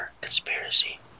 conspiracy